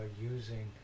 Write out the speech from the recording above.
using